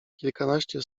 kilkanaście